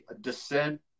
dissent